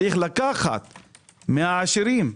יש לקחת מהעשירים.